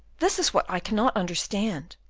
this is what i cannot understand.